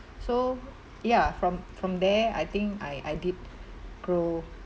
so ya from from there I think I I did grow